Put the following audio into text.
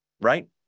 right